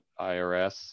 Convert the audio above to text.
IRS